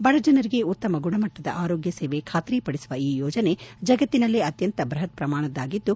ಬಡಜನರಿಗೆ ಉತ್ತಮ ಗುಣಮಟ್ಲದ ಆರೋಗ್ಯ ಸೇವೆ ಖಾತ್ರಿಪಡಿಸುವ ಈ ಯೋಜನೆ ಜಗತ್ತಿನಲ್ಲೆ ಅತ್ಯಂತ ಬೃಹತ್ ಪ್ರಮಾಣದ್ನಾಗಿದ್ದು